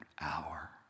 hour